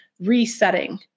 resetting